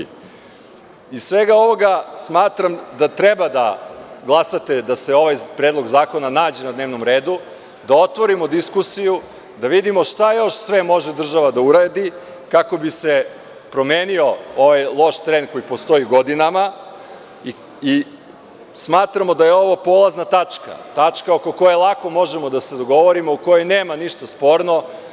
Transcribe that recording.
Iz svega ovoga smatram da treba da glasate da se ovaj Predlog zakona nađe na dnevnom redu, da otvorimo diskusiju, da vidimo šta još sve može država da uradi kako bi se promenio loš trend koji postoji godinama i smatramo da je ovo polazna tačka, tačka oko koje lako možemo da se dogovorimo, oko koje nema ništa sporno.